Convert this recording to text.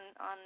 on